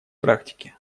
практики